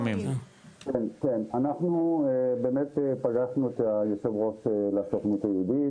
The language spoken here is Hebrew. אנחנו באמת פגשנו את היו"ר של הסוכנות היהודית